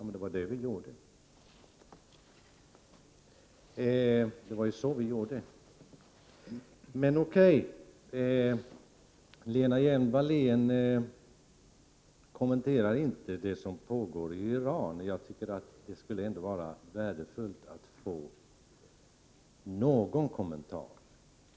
Fru talman! Det var ju så vi gjorde. Men O.K. —- Lena Hjelm-Wallén kommenterar inte det som pågår i Iran. Jag tycker att det ändå skulle vara värdefullt att få någon kommentar.